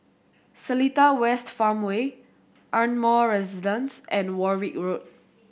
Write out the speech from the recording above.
Seletar West Farmway Ardmore Residence and Warwick Road